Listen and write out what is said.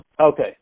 Okay